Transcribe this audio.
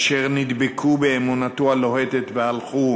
אשר נדבקו באמונתו הלוהטת והלכו